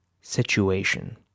situation